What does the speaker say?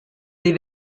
des